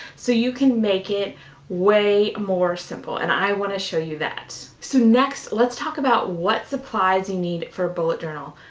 so you can make it way more simple, and i wanna show you that. so next, let's talk about what supplies you need for a bullet journal.